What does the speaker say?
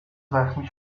زخمی